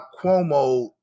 Cuomo